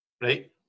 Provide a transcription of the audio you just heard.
Right